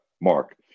Mark